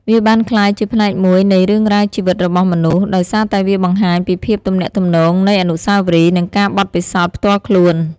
វាបានក្លាយជាផ្នែកមួយនៃរឿងរ៉ាវជីវិតរបស់មនុស្ស ដោយសារតែវាបង្ហាញពីភាពទំនាក់ទំនងនៃអនុស្សាវរីយ៍ និងការបទពិសោធន៍ផ្ទាល់ខ្លួន។